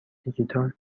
دیجیتال